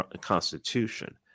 Constitution